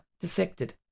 dissected